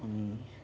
अनि